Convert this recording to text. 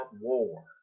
war